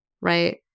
right